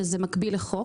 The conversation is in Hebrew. שזה מקביל לחוק,